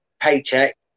paycheck